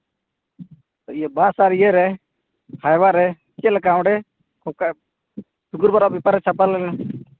ᱵᱟᱥ ᱟᱨ ᱤᱭᱟᱹᱨᱮ ᱪᱮᱫ ᱞᱮᱠᱟ ᱚᱸᱰᱮ ᱚᱠᱟ ᱯᱮᱯᱟᱨ ᱨᱮ ᱪᱷᱟᱯᱟ ᱞᱮᱱᱟ